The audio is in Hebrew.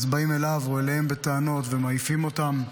אז באים אליו או אליהם בטענות ומעיפים אותם.